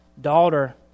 Daughter